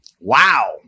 Wow